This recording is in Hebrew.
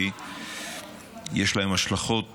כי יש להן השלכות